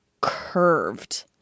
curved